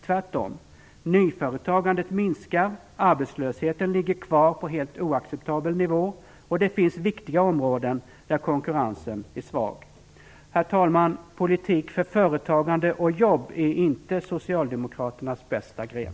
Tvärtom minskar nyföretagandet, arbetslösheten ligger kvar på en helt oacceptabel nivå och på vissa viktiga områden är konkurrensen svag. Herr talman! Politik för företagande och jobb är inte Socialdemokraternas bästa gren.